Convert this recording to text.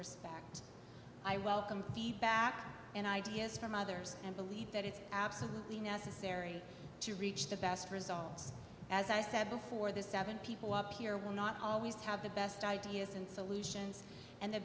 respect i welcome feedback and ideas from others and believe that it's absolutely necessary to reach the best results for the seven people up here will not always have the best ideas and solutions and the